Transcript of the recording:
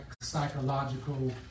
psychological